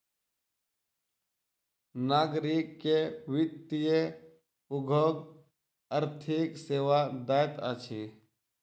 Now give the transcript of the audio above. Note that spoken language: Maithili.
नागरिक के वित्तीय उद्योग आर्थिक सेवा दैत अछि